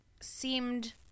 seemed